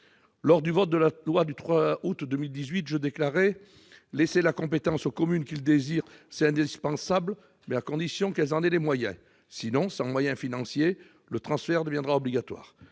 Lors du vote de la loi du 3 août 2018, je déclarais :« Laisser la compétence aux communes qui le désirent est indispensable, mais à condition qu'elles en aient les moyens. [...] Sinon, sans moyens financiers, le transfert deviendra obligatoire. »